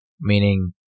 meaning